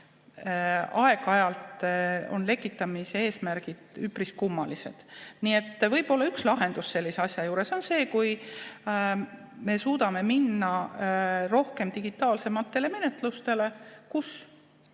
aeg-ajalt on lekitamise eesmärgid üpris kummalised. Nii et võib-olla üks lahendus sellise asja juures on see, kui me suudame minna üle digitaalsematele menetlustele.